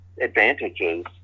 advantages